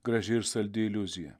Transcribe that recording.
graži ir saldi iliuzija